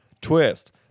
Twist